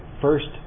first